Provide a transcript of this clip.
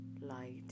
light